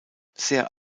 sehr